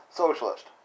socialist